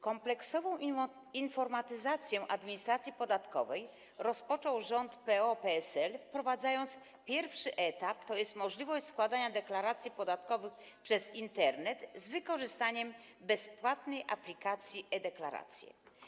Kompleksową informatyzację administracji podatkowej rozpoczął rząd PO-PSL, wprowadzając pierwszy etap, tj. możliwość składania deklaracji podatkowych przez Internet z wykorzystaniem bezpłatnej aplikacji e-Deklaracje.